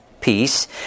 peace